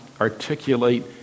articulate